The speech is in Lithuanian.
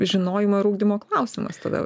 žinojimo ir ugdymo klausimas tada